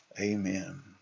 amen